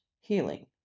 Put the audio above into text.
healing